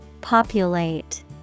Populate